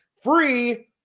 free